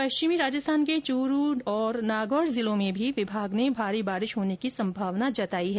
पश्चिमी राजस्थान के चूरू नागौर जिलों में भी विभाग ने भारी बारिश होने की संभावना व्यक्त की है